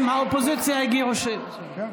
הם, האופוזיציה הגישו שמית.